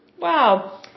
wow